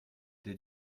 des